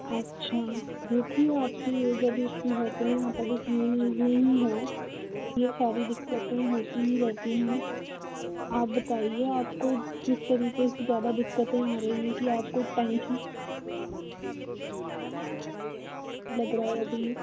अच्छा देखिये आप की ऐज अभी इतनी है तो नहीं आप अभी तीन ऐज में हो ये सारी दिक्कतें होती ही रहती हैं आप बताइए आपको किस तरीके से ज़्यादा दिक्कतें आ रही हैं कि आपको टेन्शन लग रहा है अभी